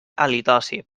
halitosi